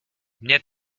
mně